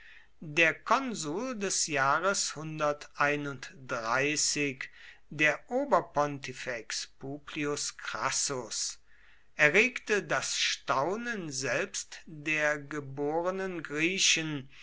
der konsul des jahres der oberpontifex publius crassus erregte des staunen selbst der geborenen griechen